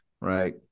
right